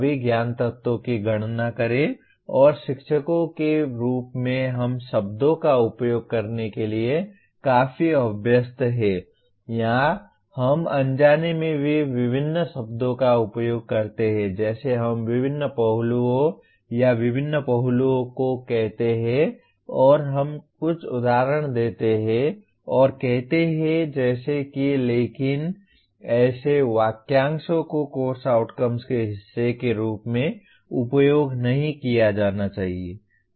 सभी ज्ञान तत्वों की गणना करें और शिक्षकों के रूप में हम शब्दों का उपयोग करने के लिए काफी अभ्यस्त हैं या हम अनजाने में भी विभिन्न शब्दों का उपयोग करते हैं जैसे हम विभिन्न पहलुओं या विभिन्न पहलुओं को कहते हैं और हम कुछ उदाहरण देते हैं और कहते हैं जैसे कि लेकिन ऐसे वाक्यांशों को कोर्स आउटकम्स के हिस्से के रूप में उपयोग नहीं किया जाना चाहिए